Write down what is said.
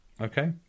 okay